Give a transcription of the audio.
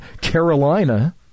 Carolina